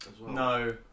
No